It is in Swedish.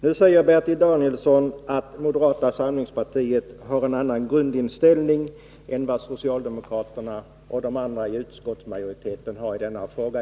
Nu säger Bertil Danielsson att moderata samlingspartiet har en annan q grundinställning än vad socialdemokraterna och de andra som tillhör utskottsmajoriteten har i denna fråga.